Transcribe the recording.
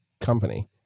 company